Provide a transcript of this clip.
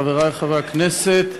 חברי חברי הכנסת,